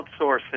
outsourcing